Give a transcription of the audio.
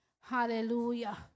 Hallelujah